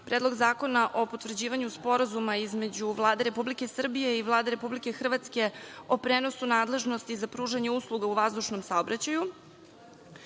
Predlog zakona o potvrđivanju Sporazuma između Vlade Republike Srbije i Vlade Republike Hrvatske o prenosu nadležnosti za pružanje usluga u vazdušnom saobraćaju,